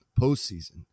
postseason